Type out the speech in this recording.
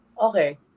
okay